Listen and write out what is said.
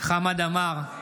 חמד עמאר,